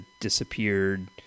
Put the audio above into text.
disappeared